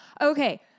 Okay